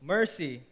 Mercy